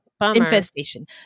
infestation